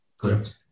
Correct